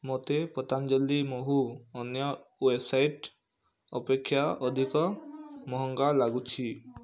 ମୋତେ ପତଞ୍ଜଲି ମହୁ ଅନ୍ୟ ୱେବ୍ସାଇଟ୍ ଅପେକ୍ଷା ଅଧିକ ମହଙ୍ଗା ଲାଗୁଛି